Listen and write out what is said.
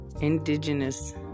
indigenous